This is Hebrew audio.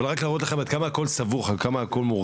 בית הספר ומה קורה עם נער שנתפס מעשן,